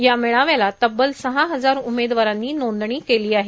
या मेळाव्याला तब्बल सहा हजार उमेदवारांनी नोंदणी केली आहे